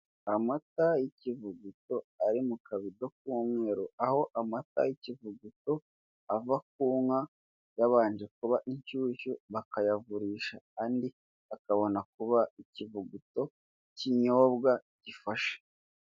Amata y'ikivuguto ari mu kabido k'umweru. Aho amata y'ikivuguto ava ku nka yabanje kuba inshyushyu, bakayavurisha, andi akabona kuba ikivuguto kinyobwa, gifashe.